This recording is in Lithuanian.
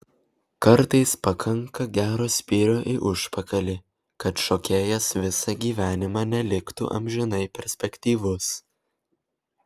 kartais pakanka gero spyrio į užpakalį kad šokėjas visą gyvenimą neliktų amžinai perspektyvus